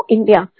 India